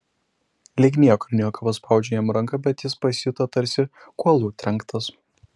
lyg niekur nieko paspaudžiau jam ranką bet jis pasijuto tarsi kuolu trenktas